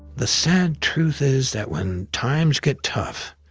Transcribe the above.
the sad truth is that when times get tough,